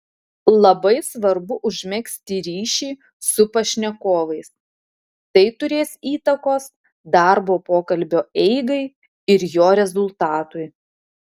labai svarbu užmegzti ryšį su pašnekovais tai turės įtakos darbo pokalbio eigai ir jo rezultatui